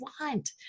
want